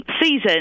season